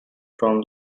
from